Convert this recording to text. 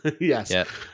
Yes